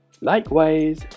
likewise